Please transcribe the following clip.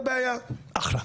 בצדק.